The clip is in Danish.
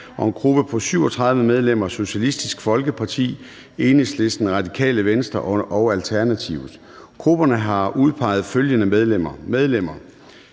og en gruppe på 37 medlemmer: Socialistisk Folkeparti, Enhedslisten, Radikale Venstre og Alternativet. Grupperne har udpeget følgende medlemmer: